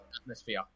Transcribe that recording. atmosphere